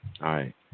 right